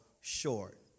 short